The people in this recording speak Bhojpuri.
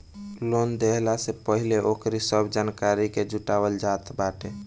लोन देहला से पहिले ओकरी सब जानकारी के जुटावल जात बाटे